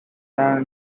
and